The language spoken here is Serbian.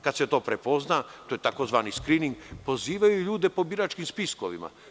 Kad se to prepozna, to je tzv. skrining, pozivaju ljude po biračkim spiskovima.